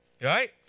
right